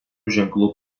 ženklų